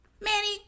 manny